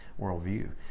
worldview